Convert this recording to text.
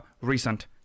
recent